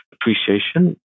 appreciation